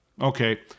Okay